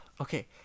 Okay